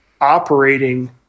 operating